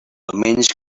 almenys